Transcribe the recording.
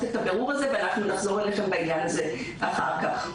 את הבירור הזה ואנחנו נחזור אליכם בעניין הזה אחר כך.